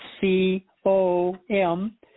C-O-M